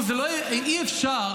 אי-אפשר